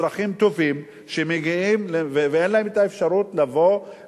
אזרחים טובים שמגיעים ואין להם אפשרות להביא